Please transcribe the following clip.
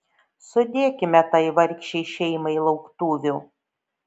sudėkime tai vargšei šeimai lauktuvių